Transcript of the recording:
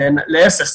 להפך,